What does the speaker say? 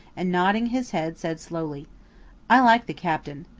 and nodding his head said slowly i like the captain.